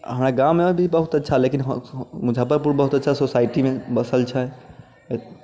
हमरा गाँवमे भी बहुत अच्छा लेकिन मुजफ्फरपुरमे बहुत अच्छा सोसाइटीमे बसल छै